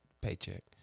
paycheck